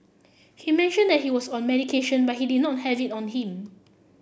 he mentioned that he was on medication but he did not have it on him